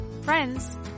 friends